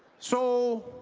so,